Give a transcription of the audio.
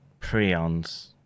prions